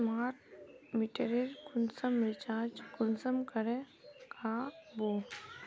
Smart मीटरेर कुंसम recharge कुंसम करे का बो?